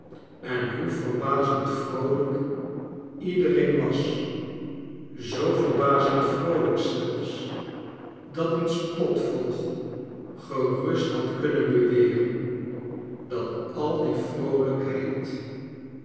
en hoeverbazend vroolijk iedereen was zoo verbazend vroolijk zelfs dat een spotvogel gerust had kunnen beweren dat al die vroolijkheid